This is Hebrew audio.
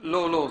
לא, לא.